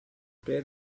per